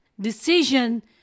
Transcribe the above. decision